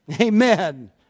Amen